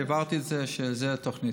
והבהרתי את זה שזו התוכנית.